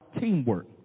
teamwork